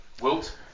Wilt